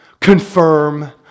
confirm